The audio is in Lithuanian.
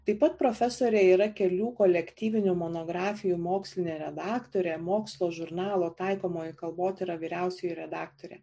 taip pat profesorė yra kelių kolektyvinių monografijų mokslinė redaktorė mokslo žurnalo taikomoji kalbotyra vyriausioji redaktorė